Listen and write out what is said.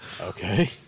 Okay